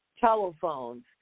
Telephones